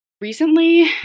recently